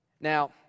Now